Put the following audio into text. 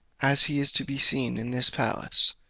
as he is to be seen in this palace,